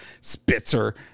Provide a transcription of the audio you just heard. Spitzer